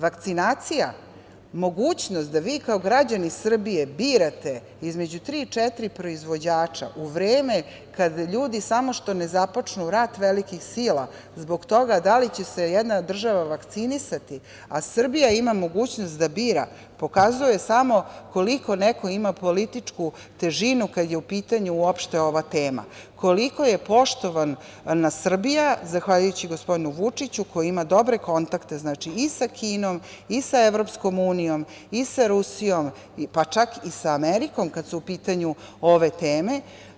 Vakcinacija, mogućnost da vi kao građani Srbije birate između tri-četiri proizvođača, u vreme kada ljudi samo što ne započnu rat velikih sila zbog toga da li će se jedna država vakcinisati, a Srbija ima mogućnost da bira, pokazuje samo koliko neko ima političku težinu kada je u pitanju uopšte ova tema, koliko je poštovana Srbija zahvaljujući gospodinu Vučiću koji ima dobre kontakte i sa Kinom i sa EU i sa Rusijom, pa čak i sa Amerikom kada su u pitanju ove teme.